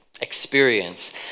experience